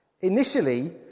Initially